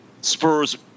Spurs